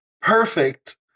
perfect